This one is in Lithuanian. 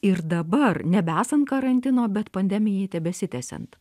ir dabar nebesant karantino bet pandemijai tebesitęsiant